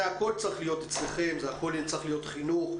זה הכל צריך להיות אצלכם, הכל צריך להיות חינוך.